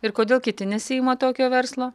ir kodėl kiti nesiima tokio verslo